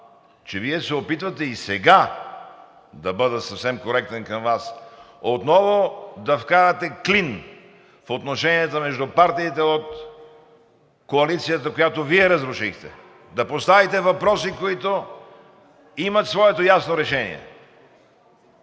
че Вие се опитвате и сега, да бъда съвсем коректен към Вас, отново да вкарате клин в отношенията между партиите от коалицията, която Вие разрушихте, да поставите въпроси, които имат своето ясно решение.